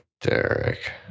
Derek